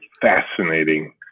fascinating